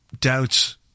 doubts